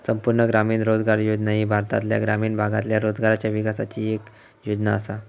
संपूर्ण ग्रामीण रोजगार योजना ही भारतातल्या ग्रामीण भागातल्या रोजगाराच्या विकासाची येक योजना आसा